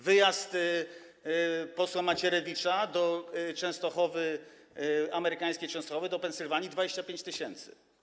Wyjazd posła Macierewicza do Częstochowy, amerykańskiej Częstochowy, do Pensylwanii - 25 tys. zł.